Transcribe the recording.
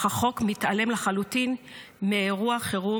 אך החוק מתעלם לחלוטין מאירוע חירום